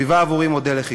הוא היה עבורי מודל לחיקוי.